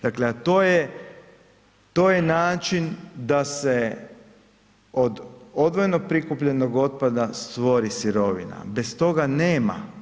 Dakle, a to je, to je način da se od odvojeno prikupljenog otpada stvori sirovina, bez toga nema.